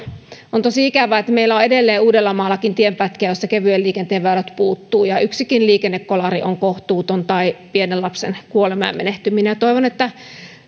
on tosi ikävää että meillä on edelleen uudellamaallakin tienpätkiä joilta kevyen liikenteen väylät puuttuvat ja yksikin liikennekolari on kohtuuton tai pienen lapsen kuolema ja menehtyminen toivon että